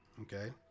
okay